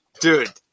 Dude